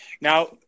Now